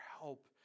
help